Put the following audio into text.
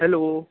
hello